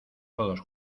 todos